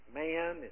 man